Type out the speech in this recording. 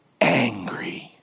angry